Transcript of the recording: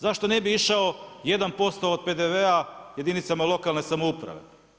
Zašto ne bi išao 1% od PDV-a jedinicama lokalne samouprave?